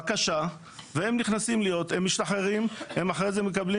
בקשה, והם משתחררים ואחרי זה מקבלים